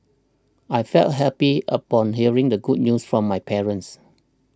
I felt happy upon hearing the good news from my parents